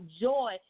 joy